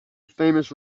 famous